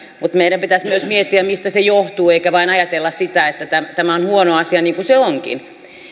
mutta meidän pitäisi myös miettiä mistä se johtuu eikä vain ajatella sitä että tämä on huono asia niin kuin se onkin